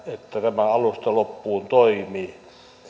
että tämä alusta loppuun toimii